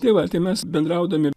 tai va tai mes bendraudami